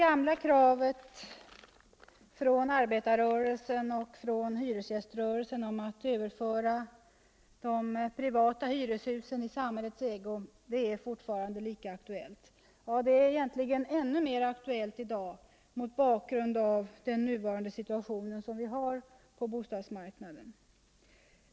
aktuellt. Ja, det är egentligen ännu mera aktuellt i dag mot bakgrund av den nuvarande situationen på bostadsmarknaden.